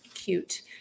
Cute